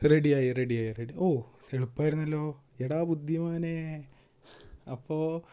റെഡിയായി റെഡിയായി റെഡി ഓ എളുപ്പമായിരുന്നല്ലോ എടാ ബുദ്ധിമാനേ അപ്പോൾ